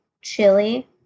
chili